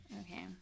Okay